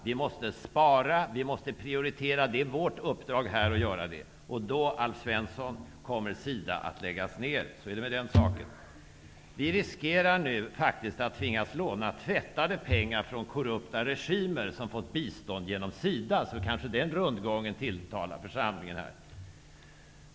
Vi måste spara och prioritera. Det är vårt uppdrag här att göra det. Då, Alf Svensson, kommer SIDA att läggas ner. Så är det med den saken. Vi riskerar faktiskt nu att tvingas låna tvättade pengar från korrupta regimer som fått bistånd genom SIDA. Den rundgången kanske tilltalar församlingen här.